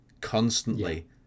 constantly